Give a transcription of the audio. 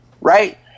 right